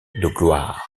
gloire